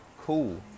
cool